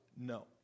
No